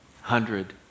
Hundred